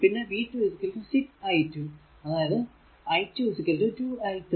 പിന്നെ v 2 6 i2 അതായതു i2 2 i 3